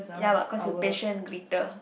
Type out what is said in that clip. ya what cause you patient greeter